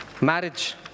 Marriage